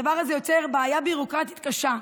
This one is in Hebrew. הדבר הזה יוצר בעיה ביורוקרטית קשה,